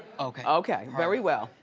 okay. okay, very well.